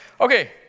Okay